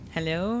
Hello